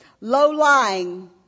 low-lying